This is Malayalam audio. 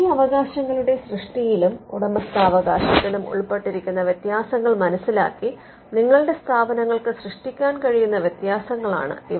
ഈ അവകാശങ്ങളുടെ സൃഷ്ടിയിലും ഉടമസ്ഥാവകാശത്തിലും ഉൾപ്പെട്ടിരിക്കുന്ന വ്യത്യാസങ്ങൾ മനസിലാക്കി നിങ്ങളുടെ സ്ഥാപനങ്ങൾക്ക് സൃഷ്ടിക്കാൻ കഴിയുന്ന വ്യത്യാസങ്ങളാണ് ഇവ